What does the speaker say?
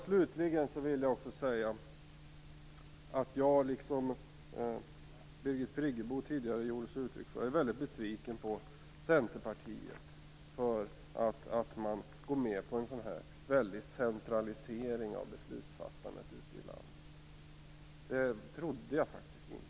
Slutligen vill jag också säga att jag, liksom Birgit Friggebo, är besviken på Centerpartiet för att man går med på en sådan centralisering av beslutsfattandet ute i landet. Det trodde jag faktiskt inte.